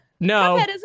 No